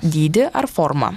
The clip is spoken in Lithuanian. dydį ar formą